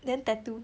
then tattoo